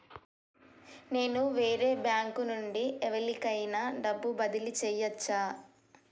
నేను వేరే బ్యాంకు నుండి ఎవలికైనా డబ్బు బదిలీ చేయచ్చా?